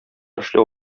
эшләү